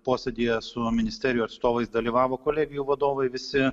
posėdyje su ministerijų atstovais dalyvavo kolegijų vadovai visi